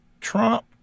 Trump